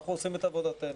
אנחנו עושים את עבודתנו.